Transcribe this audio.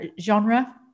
genre